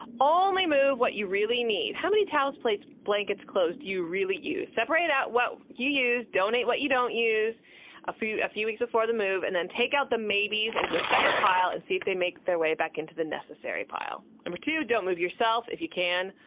only move what you really need. how many towels, plates, blankets, clothes do you really use? separate out what you use, donate what you don't use a few a few weeks before the move, and then take out the maybes into a separate pile and see if they make their way back into the necessary pile. and no. two, don't move yourself if you can.